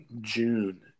June